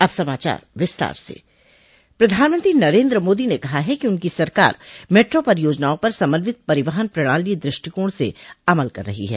अब समाचार विस्तार से प्रधानमंत्री नरेन्द्र मोदी ने कहा है कि उनकी सरकार मेट्रो परियोजनाओं पर समन्वित परिवहन प्रणाली दुष्टिकोण से अमल कर रही है